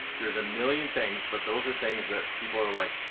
there's a million things, but those are things that people are like,